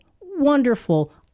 wonderful